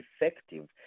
effective